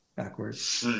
backwards